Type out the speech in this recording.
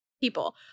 people